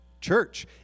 Church